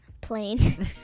Plain